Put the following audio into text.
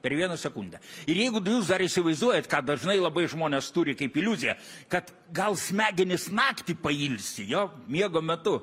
per vieną sekundę ir jeigu jūs dar įsivaizduojat ką dažnai labai žmonės turi kaip iliuziją kad gal smegenys naktį pailsi jo miego metu